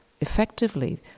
effectively